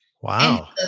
Wow